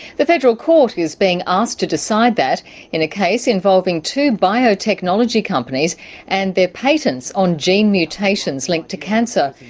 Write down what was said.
the federal court is being asked to decide that in a case involving two biotechnology companies and their patents on gene mutations linked to cancer.